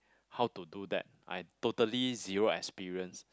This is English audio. how to do that I totally zero experience